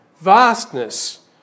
vastness